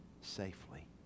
safely